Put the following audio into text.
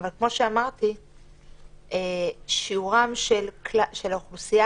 אבל כמו שאמרתי שיעורה של האוכלוסייה